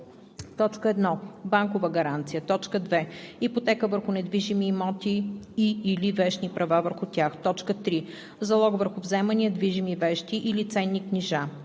начини: 1. банкова гаранция; 2. ипотека върху недвижими имоти и/или вещни права върху тях; 3. залог върху вземания, движими вещи или ценни книжа.